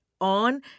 On